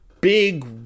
big